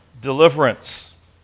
deliverance